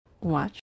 Watch